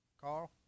Carl